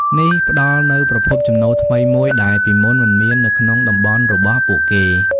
នេះផ្តល់នូវប្រភពចំណូលថ្មីមួយដែលពីមុនមិនមាននៅក្នុងតំបន់របស់ពួកគេ។